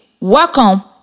welcome